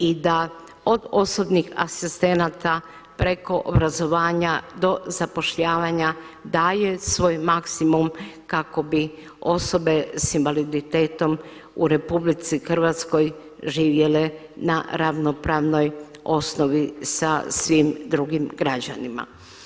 I da od osobnih asistenata preko obrazovanja do zapošljavanja daje svoj maksimum kako bi osobe s invaliditetom u RH živjele na ravnopravnoj osnovi sa svim drugim građanima.